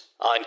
on